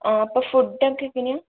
ആ അപ്പൊൾ ഫുഡൊക്കെ എങ്ങനെയാണ്